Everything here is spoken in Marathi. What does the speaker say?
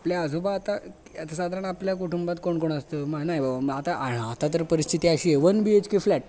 आपल्या आजोबा आता आता साधारण आपल्या कुटुंबात कोण कोण असतं मग नाही बाबा आता आय आता तर परिस्थिती अशी आहे one B H K flat